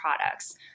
products